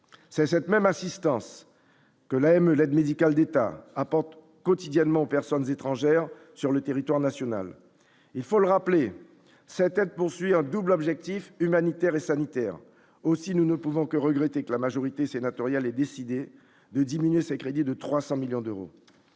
c'est cette même assistance que l'AME l'aide médicale d'État apporte quotidiennement aux personnes étrangères sur le territoire national, il faut le rappeler cette aide poursuit un double objectif humanitaire et sanitaire aussi, nous ne pouvons que regretter que la majorité sénatoriale a décidé de diminuer ses crédits de 300 millions d'euros,